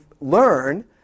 learn